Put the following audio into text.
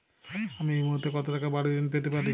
আমি এই মুহূর্তে কত টাকা বাড়ীর ঋণ পেতে পারি?